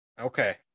Okay